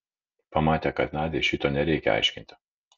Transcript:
pamatė kad nadiai šito nereikia aiškinti